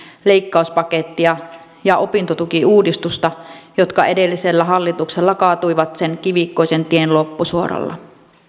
leikkauspakettia ja opintotukiuudistusta jotka edellisellä hallituksella kaatuivat sen kivikkoisen tien loppusuoralla